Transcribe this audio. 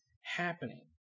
happening